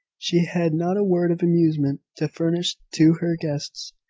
she had not a word of amusement to furnish to her guests.